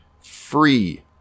free